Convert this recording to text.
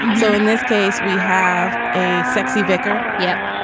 so in this case, we have a sexy vicar. yep.